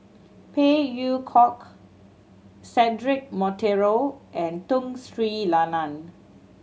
Phey Yew Kok Cedric Monteiro and Tun Sri Lanang